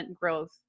growth